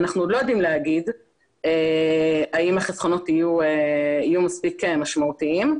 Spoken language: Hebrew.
אנחנו עוד לא יודעים להגיד האם החסכונות יהיו מספיק משמעותיים.